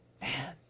man